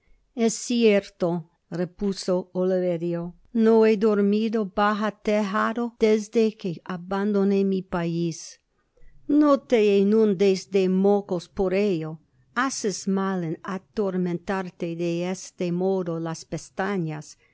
es cierto repuso oliverio no he dormido bajo tejado desde que abandoné mi pais no te inundes de mocos por ello haces mal en atormentarte de este modo las pestañas